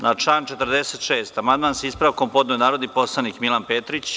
Na član 46. amandman, sa ispravkom, podneo je narodni poslanik Milan Petrić.